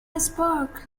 iceberg